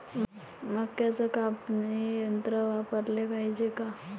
मक्क्याचं कापनी यंत्र वापराले पायजे का?